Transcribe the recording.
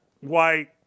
white